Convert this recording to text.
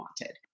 wanted